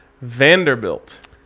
Vanderbilt